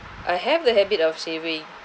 I have the habit of saving